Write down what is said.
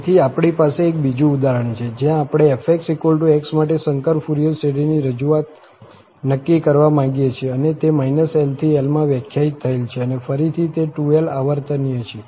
તેથી આપણી પાસે એક બીજું ઉદાહરણ છે જ્યાં આપણે fx માટે સંકર ફુરિયર શ્રેઢીની રજૂઆત નક્કી કરવા માંગીએ છીએ અને તે lxl માં વ્યાખ્યાયિત થયેલ છે અને ફરીથી તે 2l આવર્તનીય છે